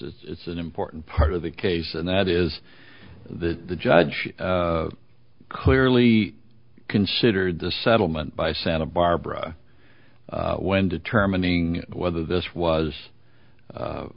it's an important part of the case and that is that the judge clearly considered the settlement by santa barbara when determining whether this was